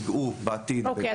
יגעו בעתיד --- אוקי,